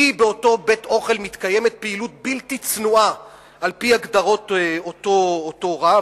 כי באותו בית-אוכל מתקיימת פעילות בלתי צנועה על-פי הגדרות אותו רב,